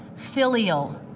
filial,